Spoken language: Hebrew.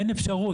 אין אפשרות,